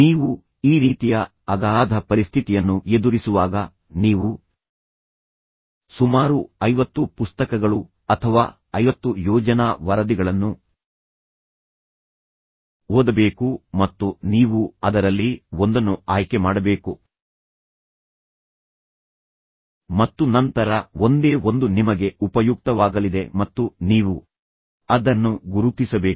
ನೀವು ಈ ರೀತಿಯ ಅಗಾಧ ಪರಿಸ್ಥಿತಿಯನ್ನು ಎದುರಿಸುವಾಗ ನೀವು ಸುಮಾರು 50 ಪುಸ್ತಕಗಳು ಅಥವಾ 50 ಯೋಜನಾ ವರದಿಗಳನ್ನು ಓದಬೇಕು ಮತ್ತು ನೀವು ಅದರಲ್ಲಿ ಒಂದನ್ನು ಆಯ್ಕೆ ಮಾಡಬೇಕು ಮತ್ತು ನಂತರ ಒಂದೇ ಒಂದು ನಿಮಗೆ ಉಪಯುಕ್ತವಾಗಲಿದೆ ಮತ್ತು ನೀವು ಅದನ್ನು ಗುರುತಿಸಬೇಕು